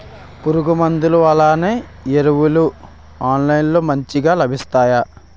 పురుగు మందులు అలానే ఎరువులు ఆన్లైన్ లో మంచిగా లభిస్తాయ?